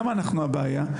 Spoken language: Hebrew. למה אנחנו הבעיה?